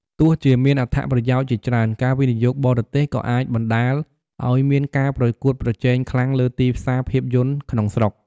ទោះជាមានអត្ថប្រយោជន៍ជាច្រើន ការវិនិយោគបរទេសក៏អាចបណ្តាលឱ្យមានការប្រកួតប្រជែងខ្លាំងលើទីផ្សារភាពយន្តក្នុងស្រុក។